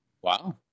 wow